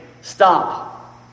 stop